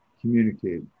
communicate